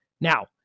now